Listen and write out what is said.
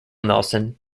nelson